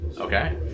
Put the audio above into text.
Okay